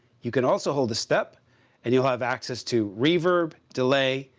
you can also hold the step and you'll have access to reverb, delay,